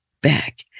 back